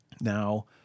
Now